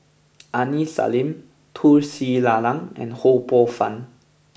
Aini Salim Tun Sri Lanang and Ho Poh Fun